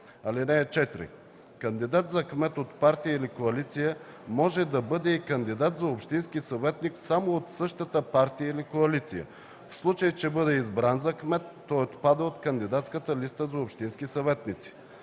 коалиция. (4) Кандидат за кмет от партия или коалиция може да бъде и кандидат за общински съветник само от същата партия или коалиция. В случай че бъде избран за кмет, той отпада от кандидатската листа за общински съветници.